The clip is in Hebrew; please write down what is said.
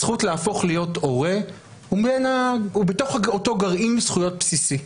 הזכות להפוך להיות הורה היא בתוך אותו גרעין זכויות בסיסי.